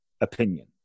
opinion